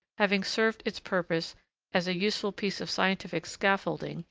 having served its purpose as a useful piece of scientific scaffolding,